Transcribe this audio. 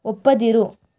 ಒಪ್ಪದಿರು